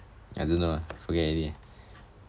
I dunno ah forget already